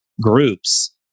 groups